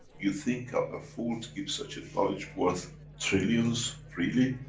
you think i'm a fool to give such a knowledge worth trillions freely?